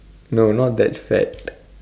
no not that fat but